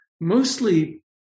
mostly